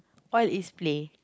all is play